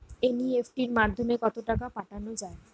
NEFT মাধ্যমে কত টাকা পাঠানো যায়?